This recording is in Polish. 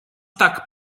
tak